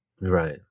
Right